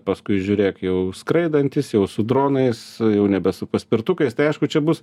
paskui žiūrėk jau skraidantys jau su dronais jau nebe su paspirtukais tai aišku čia bus